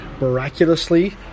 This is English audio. miraculously